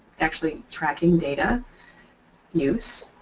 actually tracking data use.